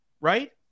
Right